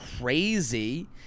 crazy